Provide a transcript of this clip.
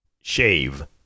Shave